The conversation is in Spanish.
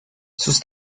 sus